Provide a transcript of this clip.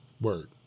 Word